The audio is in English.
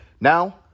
now